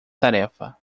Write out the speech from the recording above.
tarefa